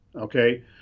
okay